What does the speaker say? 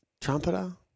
Trumpeter